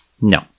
No